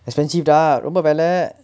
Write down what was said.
expensive dah ரொம்ப வேலை:romba velai